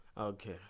Okay